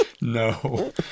no